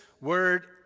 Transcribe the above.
word